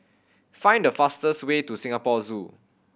find the fastest way to Singapore Zoo